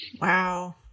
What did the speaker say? Wow